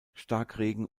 starkregen